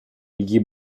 gli